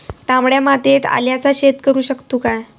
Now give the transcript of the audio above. तामड्या मातयेत आल्याचा शेत करु शकतू काय?